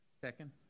Second